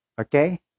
Okay